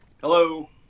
Hello